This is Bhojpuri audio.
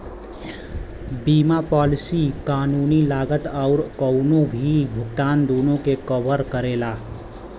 बीमा पॉलिसी कानूनी लागत आउर कउनो भी भुगतान दूनो के कवर करेला